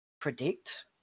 predict